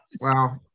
Wow